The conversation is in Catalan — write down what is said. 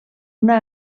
una